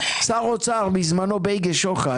בזמנו שר האוצר בייגה שוחט